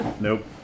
Nope